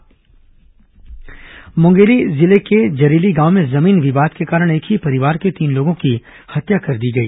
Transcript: मुंगेली हत्या मुंगेली जिले के जरेली गांव में जमीन विवाद के कारण एक ही परिवार के तीन लोगों की हत्या कर दी गई